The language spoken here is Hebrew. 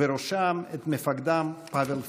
ובראשם את מפקדם פאוול פרנקל.